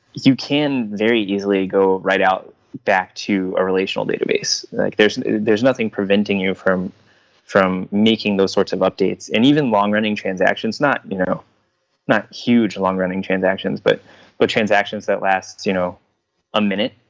you can very easily go right out back to a relational database. like there is nothing preventing you from from making those sorts of updates. and even long-running transactions, not you know not huge along running transactions, but but transactions that lasts you know a minute,